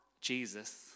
Jesus